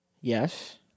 Yes